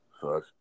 Fuck